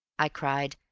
i cried.